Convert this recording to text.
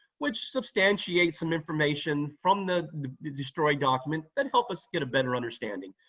which substantiates some information from the the destroyed document that help us get a better understanding,